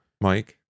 Mike